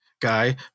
guy